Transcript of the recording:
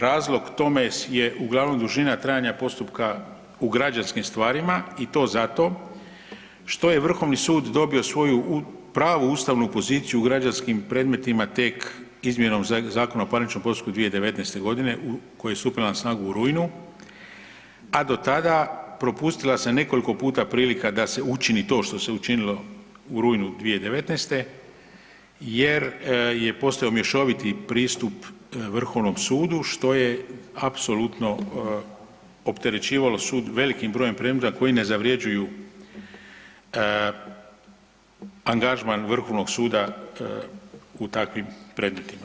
Razlog tome je uglavnom dužina trajanja postupka u građanskim stvarima i to zato što je Vrhovni sud dobio svoju pravnu ustavnu poziciju u građanskim predmetima tek izmjenom Zakona o parničnom postupku 2019. godine koji je stupio na snagu u rujnu, a do tada propustila se nekoliko puta prilika da se učini to što se učinilo u rujnu 2019., jer je postojao mješoviti pristup Vrhovnom sudu što je apsolutno opterećivalo sud velikim brojem predmeta koji ne zavrjeđuju angažman Vrhovnog suda u takvim predmetima.